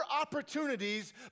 opportunities